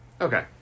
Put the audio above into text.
Okay